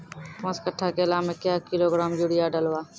पाँच कट्ठा केला मे क्या किलोग्राम यूरिया डलवा?